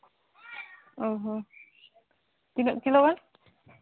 ᱚ ᱦᱚᱸ ᱛᱤᱱᱟᱹᱜ ᱠᱤᱞᱳ ᱜᱟᱱ